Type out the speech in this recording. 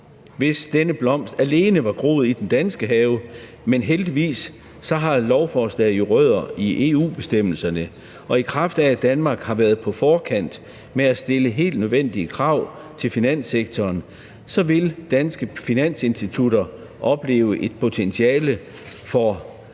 hvis denne blomst alene var groet i den danske have, men heldigvis har lovforslaget rødder i EU-bestemmelserne, og i kraft af at Danmark har været på forkant med at stille helt nødvendige krav til finanssektoren, vil danske finansinstitutter opleve et potentiale for